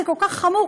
זה כל כך חמור,